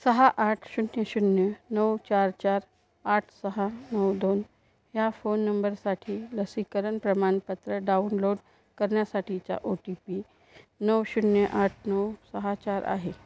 सहा आठ शून्य शून्य नऊ चार चार आठ सहा नऊ दोन ह्या फोन नंबरसाठी लसीकरण प्रमाणपत्र डाउनलोड करण्यासाठीचा ओ टी पी नऊ शून्य आठ नऊ सहा चार आहे